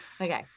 okay